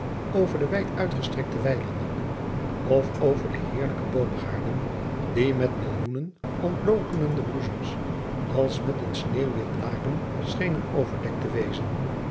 over de wijd uitgestrekte weilanden of over de heerlijke boomgaarden die met millioenen ontlokene bloesems als met een sneeuwwit laken schenen overdekt te wezen